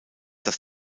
dass